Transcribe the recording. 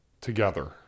together